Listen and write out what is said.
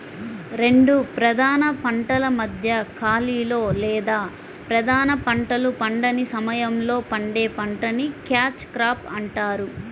రెండు ప్రధాన పంటల మధ్య ఖాళీలో లేదా ప్రధాన పంటలు పండని సమయంలో పండే పంటని క్యాచ్ క్రాప్ అంటారు